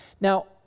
Now